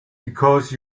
because